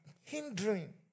hindering